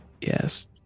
Yes